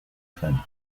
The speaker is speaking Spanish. santo